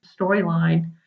storyline